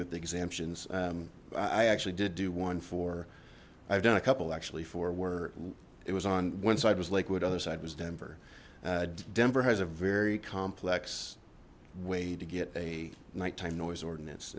with the exemptions i actually did do one for i've done a couple actually four were it was on one side was lakewood other side was denver denver has a very complex way to get a nighttime noise ordinance